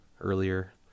earlier